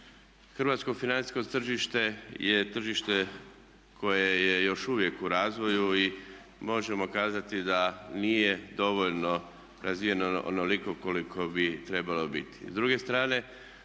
Hrvatsko financijsko tržište je tržište koje je još uvijek u razvoju i možemo kazati da nije dovoljno razvijeno onoliko koliko bi trebalo biti.